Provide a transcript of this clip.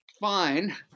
fine